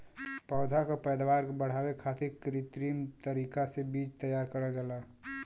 पौधा क पैदावार बढ़ावे खातिर कृत्रिम तरीका से बीज तैयार करल जाला